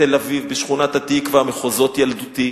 בתל-אביב, בשכונת-התקווה, מחוזות ילדותי.